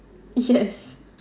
yes